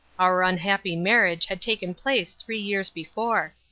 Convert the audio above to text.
our unhappy marriage had taken place three years before.